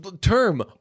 term